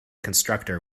constructor